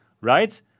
right